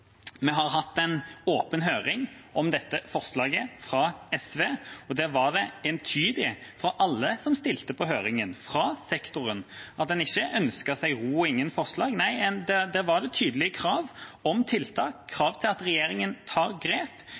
Vi har hatt en åpen høring om dette forslaget fra SV, og der var det entydig fra alle som stilte på høringen fra sektoren, at en ikke ønsket seg ro og ingen forslag. Nei, det var et tydelig krav om tiltak, krav om at regjeringa tar grep,